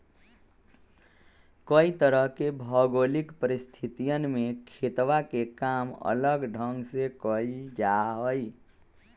कई तरह के भौगोलिक परिस्थितियन में खेतवा के काम अलग ढंग से कइल जाहई